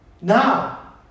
Now